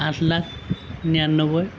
আঠ লাখ নিৰান্নব্বৈ